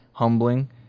humbling